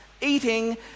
eating